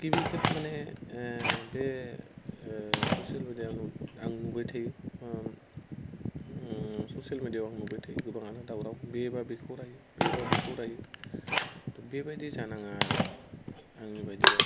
गिबि खेब माने बे ससियेल मिडियाआव आं नुबाय थायो ससियेल मिडियाआव नुबाय थायो गोबाङानो दावराव बेबा बेखौ रायो बेबा बेखौ रायो त' बेबादि जानाङा आरो आंनि बायदिबा